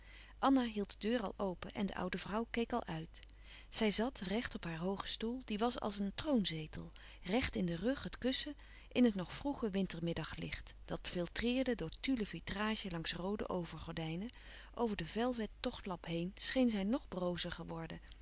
anna hield de deur al open en de oude vrouw keek al uit zij zat recht op haar hoogen stoel die was als een troonzetel recht in den rug het kussen in het nog vroege wintermiddaglicht dat filtreerde door tulle vitrage langs roode overgordijnen over den velvet tochtlap heen scheen zij nog brozer geworden